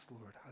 Lord